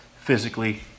physically